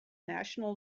national